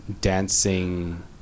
dancing